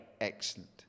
Excellent